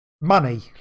money